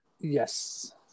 Yes